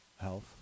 health